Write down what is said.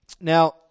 Now